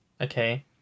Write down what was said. okay